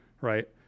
Right